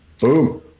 Boom